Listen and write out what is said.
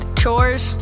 chores